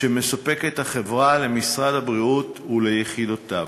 שהחברה מספקת למשרד הבריאות וליחידותיו,